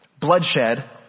Bloodshed